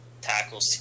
tackles